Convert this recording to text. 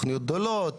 תוכניות גדולות,